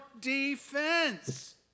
defense